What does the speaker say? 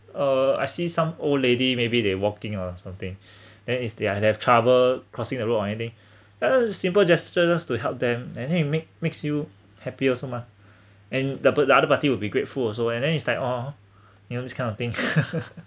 uh I see some old lady maybe they walking or something then is they have trouble crossing the road or anything uh simple gestures just to help them and then you make makes you happier also mah and the the other party will be grateful also and then it's like oh you know this kind of thing